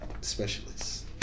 specialists